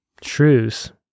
truths